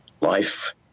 Life